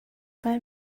kal